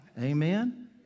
Amen